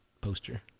poster